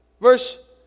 Verse